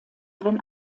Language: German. wenn